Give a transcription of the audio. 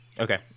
Okay